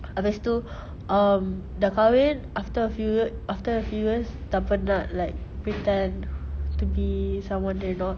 lepas tu um dah kahwin after a few y~ after a few years dah penat like pretend to be someone that you're not